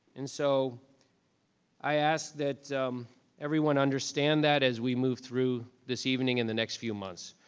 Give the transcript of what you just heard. and so i ask that everyone understand that as we move through this evening and the next few months.